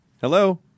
hello